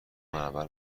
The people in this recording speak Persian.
منور